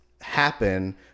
happen